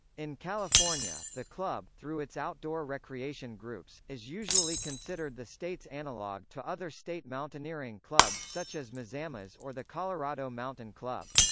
in california, the club, through its outdoor recreation groups, is usually considered the state's analogue to other state mountaineering clubs such as mazamas or the colorado mountain club.